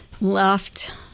left